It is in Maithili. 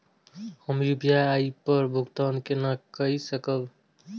हम यू.पी.आई पर भुगतान केना कई सकब?